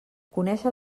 conéixer